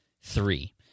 three